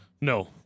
No